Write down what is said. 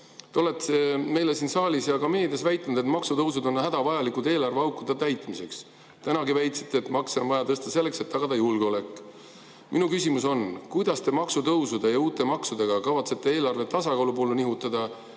Te olete meile siin saalis ja ka meedias väitnud, et maksutõusud on hädavajalikud eelarveaukude täitmiseks. Tänagi väitsite, et makse on vaja tõsta selleks, et tagada julgeolek. Minu küsimus on: kuidas te kavatsete maksutõusude ja uute maksudega eelarvet tasakaalu poole nihutada,